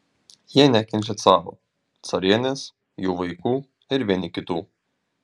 jie nekenčia caro carienės jų vaikų ir vieni kitų